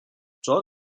george